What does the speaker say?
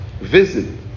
visit